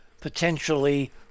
potentially